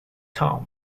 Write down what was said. town